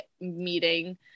meeting